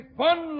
fun